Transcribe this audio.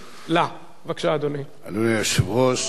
אדוני היושב-ראש, חברי חברי הכנסת,